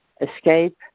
escape